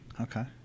Okay